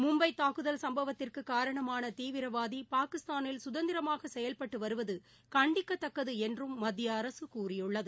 மும்பை தாக்குதல் சம்பவத்திற்கு காரணமான தீவிரவாதி பாகிஸ்தானில் சுதந்திரமாக செயல்பட்டு வருவது கண்டிக்கத்தக்கது என்றும் மத்திய அரசு கூறியுள்ளது